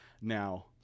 now